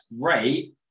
great